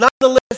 Nonetheless